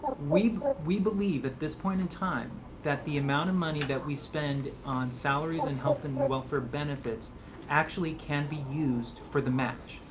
we we believe at this point in time that the amount of money that we spend on salaries and health and and welfare benefits actually can be used for the match.